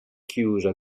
chiusa